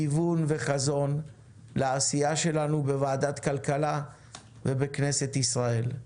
כיוון וחזון לעשייה שלנו בוועדת הכלכלה ובכנסת ישראל.